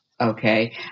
Okay